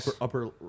Upper